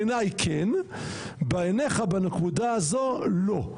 בעיניי כן, בעיניך בנקודה הזאת לא.